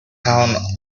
town